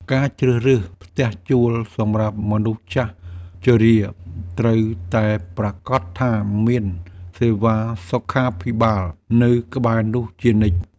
ការជ្រើសរើសផ្ទះជួលសម្រាប់មនុស្សចាស់ជរាត្រូវតែប្រាកដថាមានសេវាសុខាភិបាលនៅក្បែរនោះជានិច្ច។